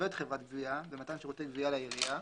עובד חברת גבייה במתן שירותי גביה לעירייה,